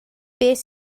beth